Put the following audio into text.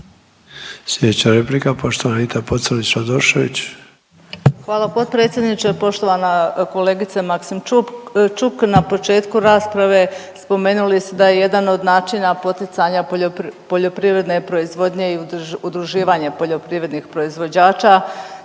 Sljedeća replika poštovana Anita Pocrnić-Radošević. **Pocrnić-Radošević, Anita (HDZ)** Hvala potpredsjedniče. Poštovana kolegice Maksimčuk. Na početku rasprave spomenuli ste da je jedan od načina poticanja poljoprivredne proizvodnje i udruživanje poljoprivrednih proizvođača,